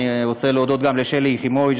אני רוצה להודות גם לשלי יחימוביץ.